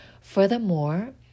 Furthermore